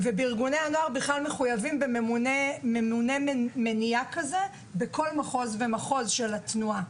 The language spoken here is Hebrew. ובארגוני הנוער מחויבים בממונה מניעה כזה בכל מחוז ומחוז של התנועה.